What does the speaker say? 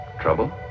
Trouble